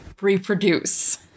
reproduce